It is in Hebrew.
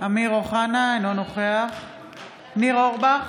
אינו נוכח ניר אורבך,